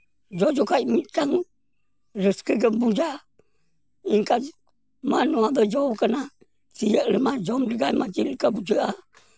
ᱡᱚ ᱡᱚᱠᱷᱚᱡ ᱢᱤᱫᱴᱟᱝ ᱨᱟᱹᱥᱠᱟᱹ ᱜᱮᱢ ᱵᱩᱡᱟ ᱤᱱᱠᱟ ᱢᱟ ᱱᱚᱣᱟ ᱫᱚ ᱡᱚ ᱠᱟᱱᱟ ᱛᱤᱭᱟᱹᱜ ᱨᱮᱢᱟ ᱡᱚᱢ ᱞᱮᱜᱟᱭ ᱢᱮ ᱪᱮᱫᱠᱟ ᱵᱩᱡᱷᱟᱹᱜᱼᱟ